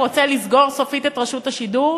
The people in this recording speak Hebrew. הוא רוצה לסגור סופית את רשות השידור?